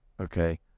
Okay